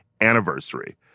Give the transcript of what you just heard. anniversary